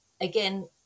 again